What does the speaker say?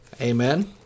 Amen